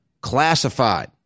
classified